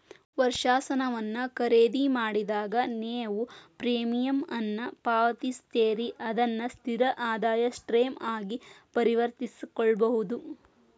ವರ್ಷಾಶನವನ್ನ ಖರೇದಿಮಾಡಿದಾಗ, ನೇವು ಪ್ರೇಮಿಯಂ ಅನ್ನ ಪಾವತಿಸ್ತೇರಿ ಅದನ್ನ ಸ್ಥಿರ ಆದಾಯದ ಸ್ಟ್ರೇಮ್ ಆಗಿ ಪರಿವರ್ತಿಸಕೊಳ್ಬಹುದು